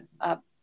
up